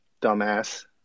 dumbass